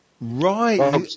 right